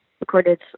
recorded